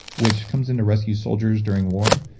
which comes in to rescue soldiers during war.